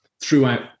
throughout